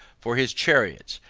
for his chariots,